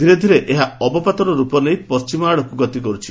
ଧୀରେ ଧୀରେ ଏହା ଅବପାତର ରୂପ ନେଇ ପଣ୍କିମ ଆଡକୁ ଗତି କରୁଛି